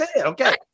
okay